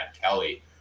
Kelly